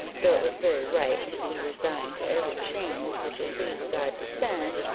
though it was very right to be resigned to every change which it pleased god to send,